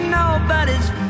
nobody's